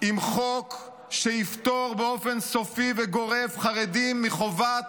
עם חוק שיפטור באופן סופי וגורף חרדים מהחובה,